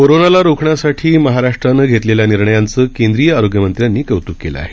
corona रोखण्यासाठी निर्णयाचं महाराष्ट्रानं घेतलेल्या निर्णयांचं केंद्रीय आरोग्यमंत्र्यांनी कौतुक केलं आहे